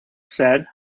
said